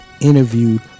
interviewed